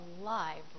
alive